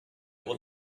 will